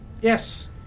Yes